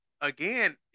Again